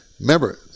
Remember